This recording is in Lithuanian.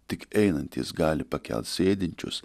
tik einantys gali pakelt sėdinčius